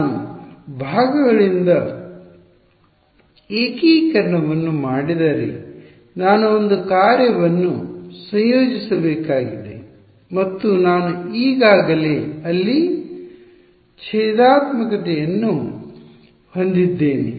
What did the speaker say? ನಾನು ಭಾಗಗಳಿಂದ ಏಕೀಕರಣವನ್ನು ಮಾಡಿದರೆ ನಾನು ಒಂದು ಕಾರ್ಯವನ್ನು ಸಂಯೋಜಿಸಬೇಕಾಗಿದೆ ಮತ್ತು ನಾನು ಈಗಾಗಲೇ ಅಲ್ಲಿ ಭೇದಾತ್ಮಕತೆಯನ್ನು ಹೊಂದಿದ್ದೇನೆ